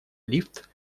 лифт